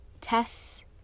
Tess